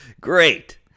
Great